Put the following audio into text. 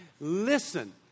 Listen